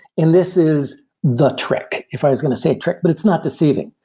and this is the trick, if i was going to say trick, but it's not deceiving.